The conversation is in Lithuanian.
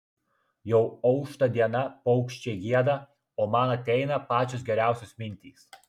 jau aušta diena paukščiai gieda o man ateina pačios geriausios mintys